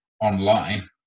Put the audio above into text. online